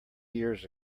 years